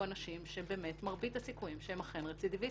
אנשים שמרבית הסיכויים שהם אכן רצידיביסטים.